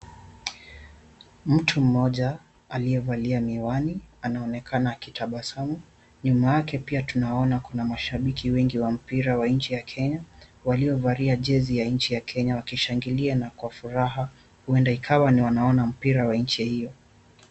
Mtu mmoja aliyevalia miwani, anaonekana akitabasamu, nyuma yake pia tunaona kuna mashabiki wengi wa mpira wa nchi ya Kenya, waliovalia jeza ya nchi ya Kenya wakishangilia na kwa furaha huenda ikawa wanaona mpira wa nchi hio.